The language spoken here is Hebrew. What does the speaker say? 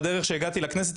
בדרכי לכנסת,